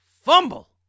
FUMBLE